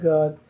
God